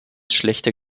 schlechter